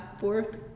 fourth